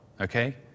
okay